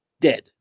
dead